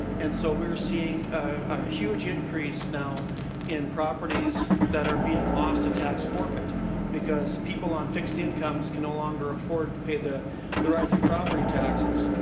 and so we are seeing a huge increase now in properties that are being lost to tax forfeited because people on fixed incomes can no longer afford to pay the the rising property taxes.